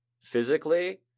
Physically